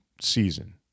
season